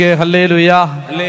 hallelujah